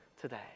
today